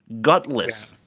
Gutless